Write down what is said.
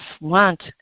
Want